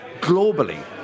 globally